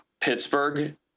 Pittsburgh